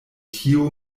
tio